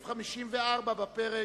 ולכן,